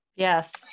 Yes